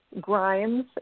Grimes